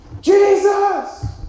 Jesus